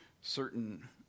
certain